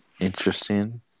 Interesting